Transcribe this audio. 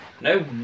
no